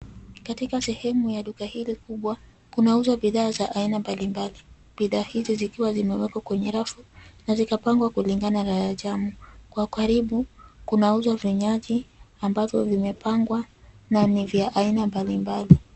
Katika sehemu ya duka hili kubwa kunauzwa bidhaa za aina mbalimbali. Bidhaa hizi zikiwa zimewekwa kwenye rafu na zikapangwa kulingana na rajamu. Kwa ukaribu kunauzwa vinywaji ambavyo vimepangwa na ni vya aina mbalimbali.